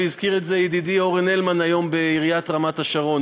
והזכיר את זה ידידי אורן הלמן היום בעיריית רמת-השרון,